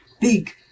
big